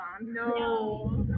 No